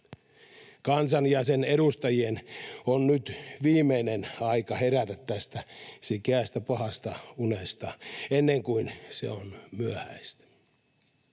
Kansan ja sen edustajien on nyt viimeinen aika herätä tästä sikeästä, pahasta unesta ennen kuin se on myöhäistä.